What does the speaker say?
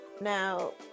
now